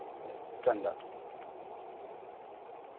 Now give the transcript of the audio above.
चंगा